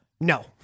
No